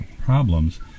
problems